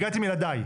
הגעתי עם ילדיי.